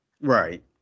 Right